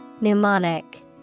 Pneumonic